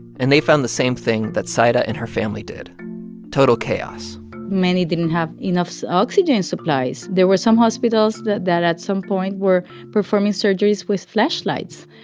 and they found the same thing that zaida and her family did total chaos many didn't have enough so oxygen supplies. there were some hospitals that, at some point, were performing surgeries with flashlights,